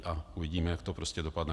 A uvidíme, jak to prostě dopadne.